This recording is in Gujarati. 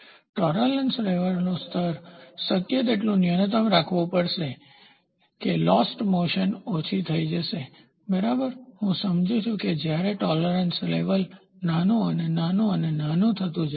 ટોલેરન્સ લેવલ સહનશીલતાનું સ્તર શક્ય તેટલું ન્યૂનતમ રાખવું પડશે કે લોસ્ટ મોસન ખોવાયેલી ગતિ ઓછી થઈ જશે બરાબર હું સમજું છું કે જ્યારે ટોલેરન્સ લેવલ સહનશીલતાનું સ્તર નાનું અને નાનું અને નાનું થતું જાય છે